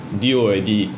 deal already